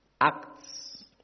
Acts